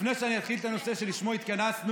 לפני שאני אתחיל את הנושא שלשמו התכנסנו,